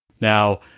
Now